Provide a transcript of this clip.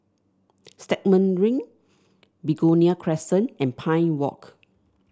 Stagmont Ring Begonia Crescent and Pine Walk